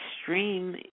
extreme